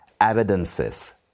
evidences